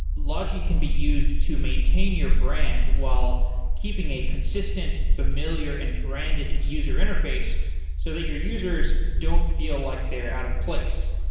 logi can be used to maintain your brand while keeping a consistent familiar and branded user interface so that your users don't feel like they're out of place.